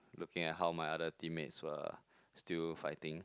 looking at how my other team mates were still fighting